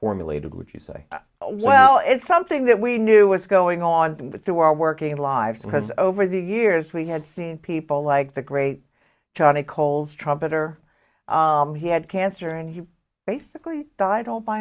formulated would you say well it's something that we knew was going on through our working lives because over the years we had seen people like the great johnny coles trumpeter he had cancer and he basically died all by